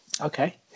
okay